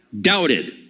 doubted